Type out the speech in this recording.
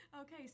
Okay